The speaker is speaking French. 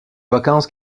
vacances